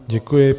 Děkuji.